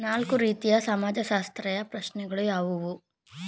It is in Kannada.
ನಾಲ್ಕು ರೀತಿಯ ಸಮಾಜಶಾಸ್ತ್ರೀಯ ಪ್ರಶ್ನೆಗಳು ಯಾವುವು?